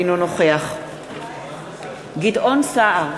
אינו נוכח גדעון סער,